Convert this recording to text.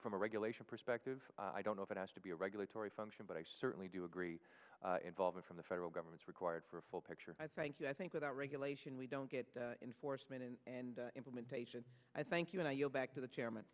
from a regulation perspective i don't know if it has to be a regulatory function but i certainly do agree involving from the federal government's required for a full picture i thank you i think without regulation we don't get in for spending and implementation i thank you and i yield back to the chairman